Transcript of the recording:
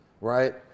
right